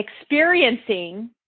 experiencing